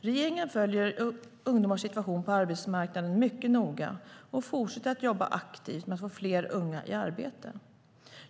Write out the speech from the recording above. Regeringen följer ungdomars situation på arbetsmarknaden mycket noga och fortsätter att jobba aktivt med att få fler unga i arbete.